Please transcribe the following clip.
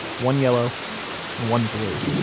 one yellow and one blue.